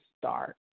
start